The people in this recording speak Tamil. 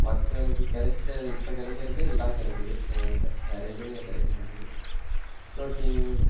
மக்களுக்கு கிடைச்சது இப்போ கிடக்கிறதே இதான் கிடக்கிது எங்ககிட்ட வேற எதுவுமே கிடைக்க மாட்டுது புரோட்டீன்